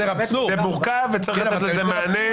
זה מורכב וצריך לתת לזה מענה.